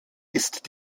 ist